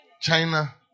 China